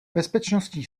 bezpečnostní